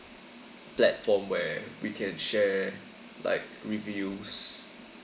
platform where we can share like reviews